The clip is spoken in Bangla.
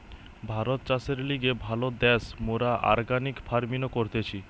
ভারত চাষের লিগে ভালো দ্যাশ, মোরা অর্গানিক ফার্মিনো করতেছি